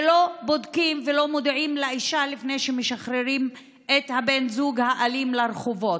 ולא בודקים ולא מודיעים לאישה לפני שמשחררים את בן הזוג האלים לרחובות.